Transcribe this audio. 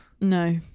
no